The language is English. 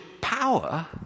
power